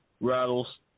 rattles